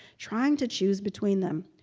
trying to choose between them.